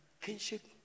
kinship